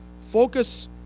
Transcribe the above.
focus